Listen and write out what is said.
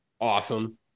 awesome